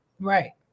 right